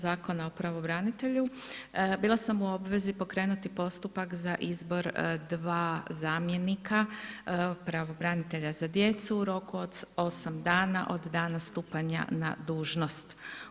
Zakona o pravobranitelju bila sam u obvezi pokrenuti postupak za izbor dva zamjenika pravobranitelja za djecu u roku od osam dana od dana stupanja na dužnost.